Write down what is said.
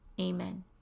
Amen